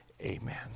Amen